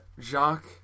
Jacques